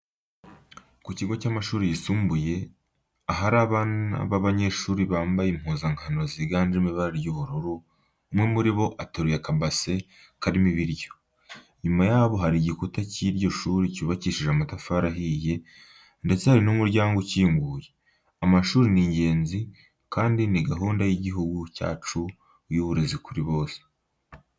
Ku kigo cy'amashuri yisumbuye ahari abana b'abanyeshuri bambaye impuzankano ziganjemo ibara ry'ubururu, umwe muri bo ateruye akabase karimo ibiryo. Inyuma yabo hari igikuta cy'iryo shuri cyubakishije amatafari ahiye ndetse hari n'umuryango ukinguye. Amashuri ni ingenzi kandi ni gahunda y'igihugu cyacu y'uburezi kuri bose.